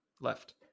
Left